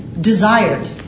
desired